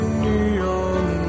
neon